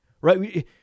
Right